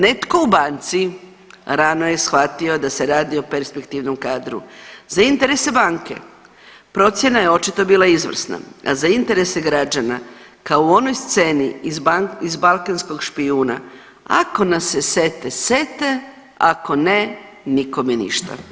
Netko u banci rano je shvatio da se radi o perspektivnom kadru, za interese banke procjena je očito bila izvrsna, a za interese građana kao u onoj sceni iz „Balkanskog špijuna“, ako nas se sete sete, a ako ne nikome ništa.